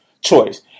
choice